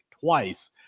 twice